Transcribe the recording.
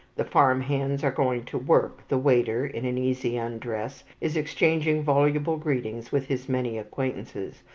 the farmhands are going to work, the waiter, in an easy undress, is exchanging voluble greetings with his many acquaintances,